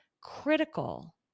critical